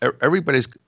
everybody's